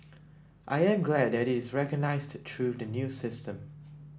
I am glad that it is recognised through the new system